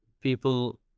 people